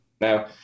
Now